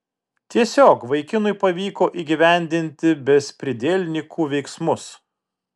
tiesiog vaikinui pavyko įgyvendinti bezpridielnikų veiksmus